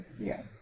Yes